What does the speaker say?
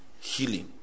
healing